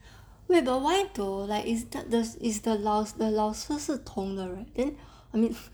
wait but why though like is that the is the 老师 the 老师是同的 right